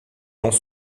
dans